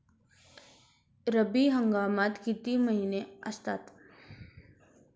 रब्बी हंगामात किती महिने असतात?